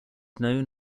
known